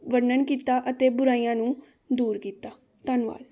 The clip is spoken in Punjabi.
ਵਰਣਨ ਕੀਤਾ ਅਤੇ ਬੁਰਾਈਆਂ ਨੂੰ ਦੂਰ ਕੀਤਾ ਧੰਨਵਾਦ